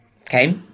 okay